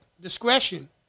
discretion